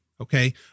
Okay